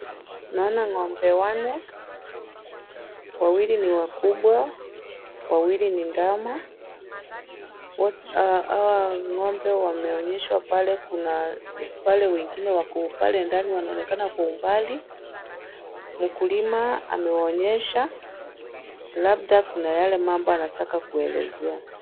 Naona ng'ombe wanne, wawili ni wakubwa, wawili ni ndama, hao ng'ombe wameonyeshwa pale, hapa kuna wale wengine wako pale ndani wanaonekana kwa umbali, mkulima amewaonyesha labda kuna yale mambo anataka kuelezea.